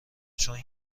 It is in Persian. چون